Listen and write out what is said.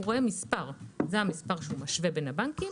הוא רואה מספר שהוא משווה בין הבנקים,